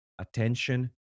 attention